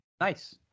nice